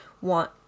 want